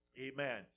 Amen